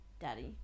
Daddy